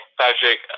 patrick